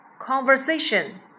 conversation